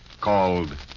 called